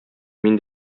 мин